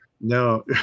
No